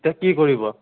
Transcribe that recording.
কি কৰিব